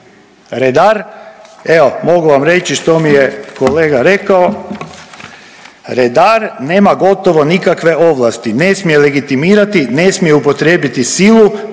Redar, evo, mogu vam reći što mi je kolega rekao, redar nema gotovo nikakve ovlasti. Ne smije legitimirati, ne smije upotrijebiti silu,